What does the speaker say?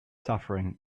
suffering